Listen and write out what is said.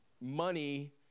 money